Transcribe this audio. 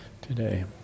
today